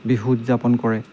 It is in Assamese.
বিহু উদযাপন কৰে